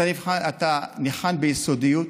אתה ניחן ביסודיות,